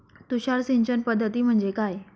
तुषार सिंचन पद्धती म्हणजे काय?